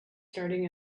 starting